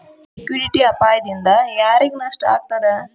Liquidity ಅಪಾಯ ದಿಂದಾ ಯಾರಿಗ್ ನಷ್ಟ ಆಗ್ತದ?